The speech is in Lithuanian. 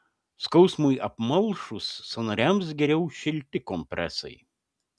skausmui apmalšus sąnariams geriau šilti kompresai